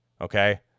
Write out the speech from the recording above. okay